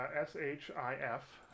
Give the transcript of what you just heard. S-H-I-F